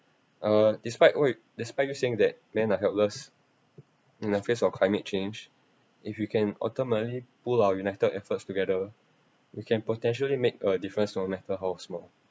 uh despite all you despite you saying that men are helpless in the face of climate change if you can ultimately pool our united efforts together we can potentially make a difference no matter however small